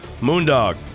Moondog